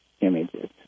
images